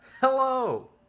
Hello